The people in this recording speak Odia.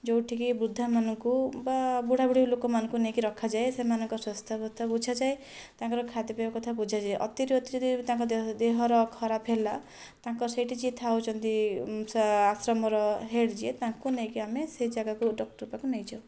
ଯେଉଁଠିକି ବୃଦ୍ଧାମାନଙ୍କୁ ବା ବୁଢ଼ାବୁଢ଼ୀ ଲୋକମାନଙ୍କୁ ନେଇକି ରଖାଯାଏ ସେମାନଙ୍କ ସ୍ୱାସ୍ଥ୍ୟବସ୍ଥା ବୁଝାଯାଏ ତାଙ୍କର ଖାଦ୍ୟ କଥା ବୁଝାଯାଏ ଅତିରୁ ଅତି ଯଦି ତାଙ୍କ ଦେହ ଦେହର ଖରାପ ହେଲା ତାଙ୍କ ସେଇଠି ଯିଏ ଥାଉଛନ୍ତି ଆଶ୍ରମର ହେଡ଼ ଯିଏ ତାଙ୍କୁ ନେଇକି ଆମେ ସେହି ଜାଗାକୁ ଡକ୍ଟର ପାଖକୁ ନେଇଯାଉ